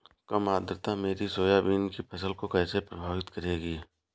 कम आर्द्रता मेरी सोयाबीन की फसल को कैसे प्रभावित करेगी?